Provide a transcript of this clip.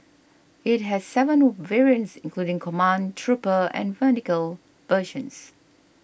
it has seven variants including command trooper and medical versions